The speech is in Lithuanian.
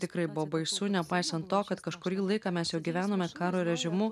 tikrai buvo baisu nepaisant to kad kažkurį laiką mes jau gyvenome karo režimu